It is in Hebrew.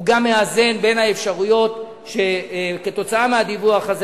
הוא גם מאזן בין האפשרויות שבזכות הדיווח הזה